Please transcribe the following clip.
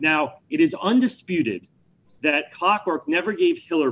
now it is undisputed that clock work never gave hiller